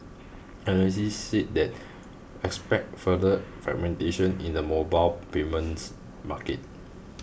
analysts said that expect further fragmentation in the mobile payments market